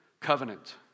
covenant